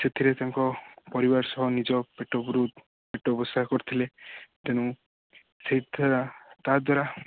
ସେଥିରେ ତାଙ୍କ ପରିବାର ସହ ନିଜ ପେଟ ପେଟ ପୋଷା କରୁଥିଲେ ତେଣୁ ସେଇ ଦ୍ଵାରା ତା ଦ୍ଵାରା